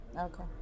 Okay